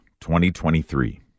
2023